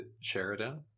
Sheridan